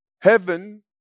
heaven